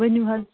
ؤنِو حظ